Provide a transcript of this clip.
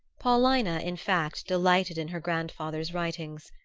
paulina, in fact, delighted in her grandfather's writings.